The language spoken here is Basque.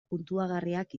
puntuagarriak